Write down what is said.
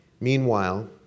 Meanwhile